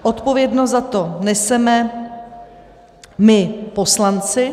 Odpovědnost za to neseme my poslanci.